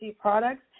products